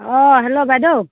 অঁ হেল্ল' বাইদেউ